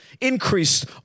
increased